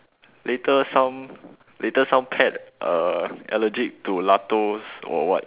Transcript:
later some later some pet uh allergic to lactose or what